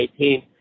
2018